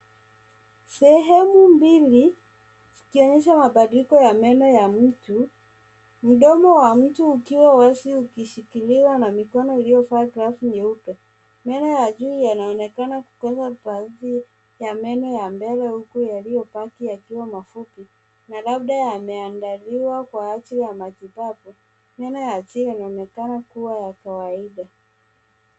Sehemu mbili zikionyesha mabadiliko ya meno ya mtu. Mdomo wa mtu ukiwa wazi ukishikiliwa na mikono iliyovaa glavu nyeupe. Meno ya juu yanaonekana kukosa baadhi ya meno ya mbele huku yaliyobaki yakiwa mafupi na labda yameandaliwa kwa ajili ya matibabu. Meno ya chini yanaonekana kuwa ya kawaida.